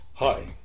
Hi